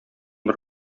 бер